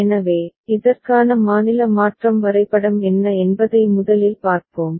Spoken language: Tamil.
எனவே இதற்கான மாநில மாற்றம் வரைபடம் என்ன என்பதை முதலில் பார்ப்போம்